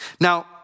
Now